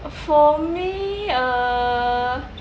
for me uh